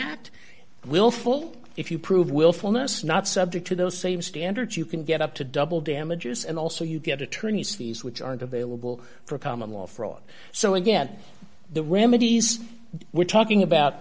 act will fall if you prove willfulness not subject to those same standards you can get up to double damages and also you get attorney's fees which aren't available for common law fraud so again the remedies we're talking about